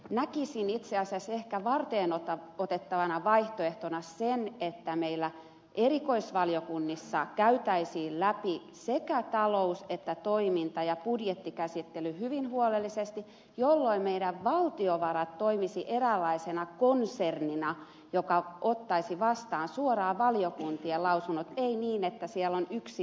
näkisin itse asiassa ehkä varteenotettavana vaihtoehtona sen että meillä erikoisvaliokunnissa käytäisiin läpi sekä talous että toiminta ja budjettikäsittely hyvin huolellisesti jolloin meidän valtiovarat toimisi eräänlaisena konsernina joka ottaisi vastaan suoraan valiokuntien lausunnot ei niin että siellä on yksi porras välissä